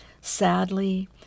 Sadly